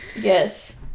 Yes